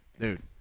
Dude